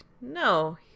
no